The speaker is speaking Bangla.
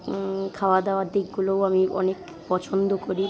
খাওয়া দাওয়ার দিকগুলোও আমি অনেক পছন্দ করি